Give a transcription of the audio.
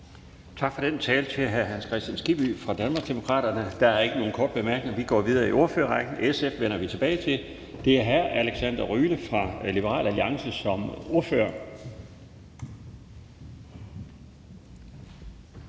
Tak for den tale til hr. Hans Kristian Skibby fra Danmarksdemokraterne. Der er ikke nogen korte bemærkninger, og vi går videre i ordførerrækken. SF vender vi tilbage til. Nu er det hr. Alexander Ryle fra Liberal Alliance, som ordfører.